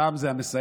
רע"מ זה המסייעת,